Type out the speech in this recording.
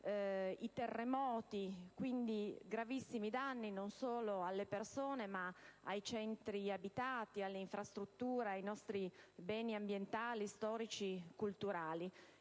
determinano quindi gravissimi danni, non solo alle persone, ma anche ai centri abitati, alle infrastrutture e ai nostri beni ambientali, storici e culturali.